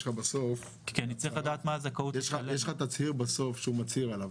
כי אני צריך לדעת מה הזכאות --- יש בסוף תצהיר שהוא חותם עליו.